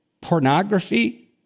pornography